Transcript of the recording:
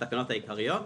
התקנות העיקריות)